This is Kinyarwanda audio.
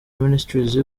ministries